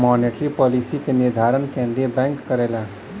monetary policy क निर्धारण केंद्रीय बैंक करला